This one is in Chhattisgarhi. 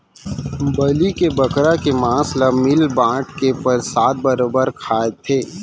बलि के बोकरा के मांस ल मिल बांट के परसाद बरोबर खाथें